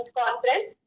conference